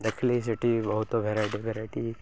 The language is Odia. ଦେଖିଲି ସେଠି ବହୁତ ଭେରାଇଟି ଭେରାଇଟି